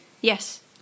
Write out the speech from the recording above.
Yes